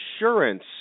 insurance